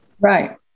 Right